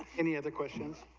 any other questions